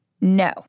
No